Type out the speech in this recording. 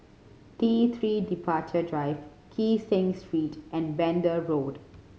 T Three Departure Drive Kee Seng Street and Pender Road